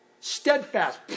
Steadfast